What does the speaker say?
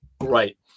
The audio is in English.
Right